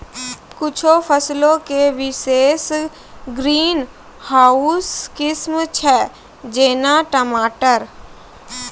कुछु फसलो के विशेष ग्रीन हाउस किस्म छै, जेना टमाटर